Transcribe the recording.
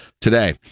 today